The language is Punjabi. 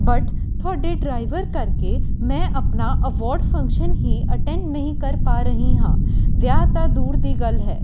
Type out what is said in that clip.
ਬੱਟ ਤੁਹਾਡੇ ਡਰਾਈਵਰ ਕਰਕੇ ਮੈਂ ਆਪਣਾ ਅਵਾਰਡ ਫੰਕਸ਼ਨ ਹੀ ਅਟੈਂਡ ਨਹੀਂ ਕਰ ਪਾ ਰਹੀ ਹਾਂ ਵਿਆਹ ਤਾਂ ਦੂਰ ਦੀ ਗੱਲ ਹੈ